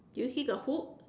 do you see the hook